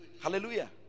Hallelujah